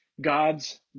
God's